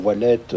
voilettes